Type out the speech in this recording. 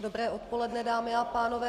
Dobré odpoledne, dámy a pánové.